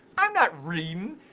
i'm not reading,